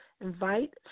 invite